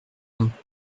and